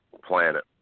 Planet